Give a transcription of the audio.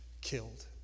killed